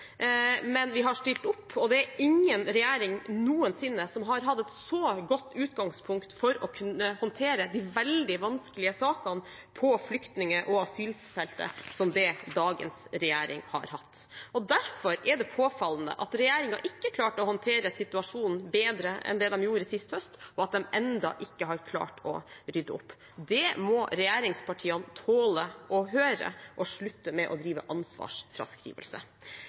Men vi har stilt opp, og det er ingen regjering noensinne som har hatt et så godt utgangspunkt for å kunne håndtere de veldig vanskelige sakene på flyktning- og asylfeltet som dagens regjering har hatt. Derfor er det påfallende at regjeringen ikke klarte å håndtere situasjonen bedre enn det de gjorde sist høst, og at de ennå ikke har klart å rydde opp. Det må regjeringspartiene tåle å høre og slutte å drive med ansvarsfraskrivelse.